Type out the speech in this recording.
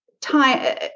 time